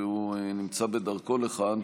והוא נמצא בדרכו לכאן,